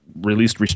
released